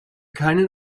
keinen